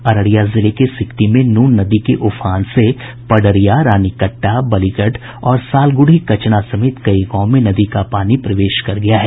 अररिया जिले के सिकटी में नून नदी के उफान से पडरिया रानीकट्टा बलिगढ़ और सालगुडी कचना समेत कई गांव में नदी का पानी प्रवेश कर गया है